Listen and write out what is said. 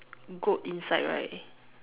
goat inside right